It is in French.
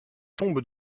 tombes